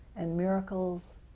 and miracles